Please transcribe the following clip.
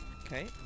okay